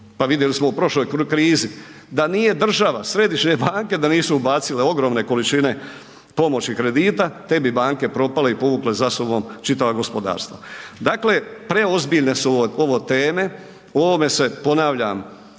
Pa vidjeli smo u prošloj krizi da nije država središnje banke da nisu ubacile ogromne količine pomoći kredita te bi banke propale i povukle za sobom čitava gospodarstva. Dakle, preozbiljne su ovo teme o ovome se ponavljam